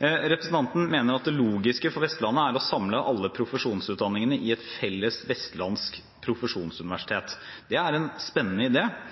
Representanten mener at det logiske for Vestlandet er å samle alle profesjonsutdanningene i et felles vestlandsk profesjonsuniversitet. Det er en spennende